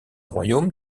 royaume